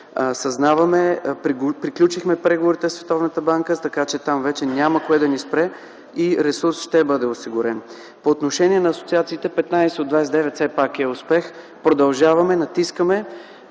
важна тема. Приключихме преговорите със Световната банка, така че там вече няма кой да ни спре и ресурс ще бъде осигурен. По отношение на асоциациите – 15 от 29 все пак е успех. Продължаваме, натискаме